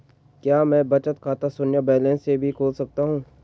क्या मैं बचत खाता शून्य बैलेंस से भी खोल सकता हूँ?